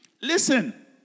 Listen